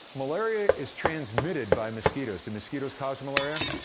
malaria is transmitted by mosquitoes. do mosquitoes cause malaria?